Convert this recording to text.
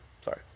Sorry